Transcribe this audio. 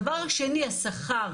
דבר שני, השכר.